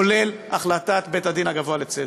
כולל החלטת בית-הדין הגבוה לצדק.